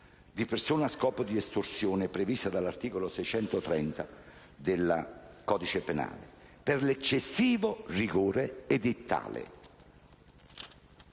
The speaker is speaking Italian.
di persona a scopo di estorsione, prevista dall'articolo 630 del codice penale, per l'eccessivo rigore edittale.